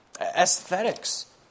Aesthetics